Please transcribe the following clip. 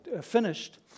finished